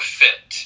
fit